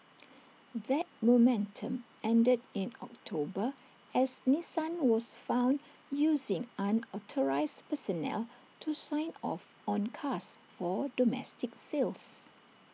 that momentum ended in October as Nissan was found using unauthorised personnel to sign off on cars for domestic sales